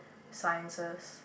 sciences